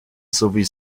sowie